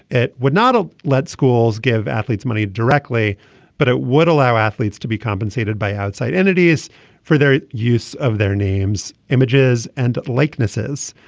it would not ah let schools give athletes money directly but it would allow athletes to be compensated by outside entities for their use of their names images and likenesses.